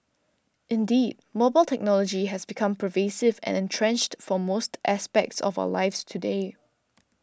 indeed mobile technology has become pervasive and entrenched for most aspects of our lives today